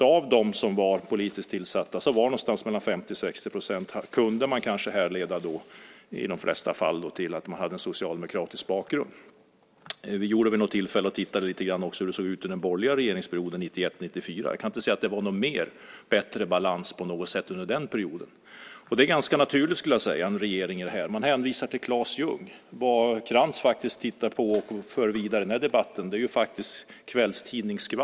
Av dem som var politiskt tillsatta kunde man kanske härleda någonstans mellan 50 och 60 % till en socialdemokratisk bakgrund. Vid något tillfälle tittade vi lite grann på hur det såg ut under den borgerliga regeringsperioden 1991-1994. Jag kan inte säga att det var någon bättre balans på något sätt under den perioden. Det är ganska naturligt, skulle jag vilja säga. Man hänvisar till Claes Ljungh. Vad Krantz tittar på och för vidare i den här debatten är kvällstidningsskvaller.